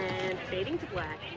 fading to black.